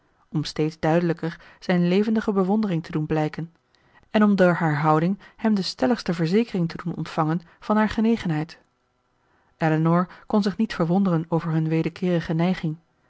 om steeds duidelijker zijn levendige bewondering te doen blijken en om door haar houding hem de stelligste verzekering te doen ontvangen van haar genegenheid elinor kon zich niet verwonderen over hun wederkeerige neiging